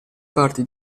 parti